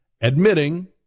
admitting